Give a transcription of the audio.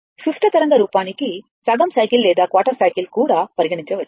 సుష్ట తరంగ రూపానికి సగం సైకిల్ లేదా క్వార్టర్ సైకిల్ కూడా పరిగణించవచ్చు